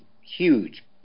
huge